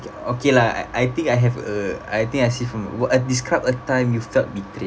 okay lah I I think I have a I think I see from what uh describe a time you felt betrayed